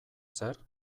zer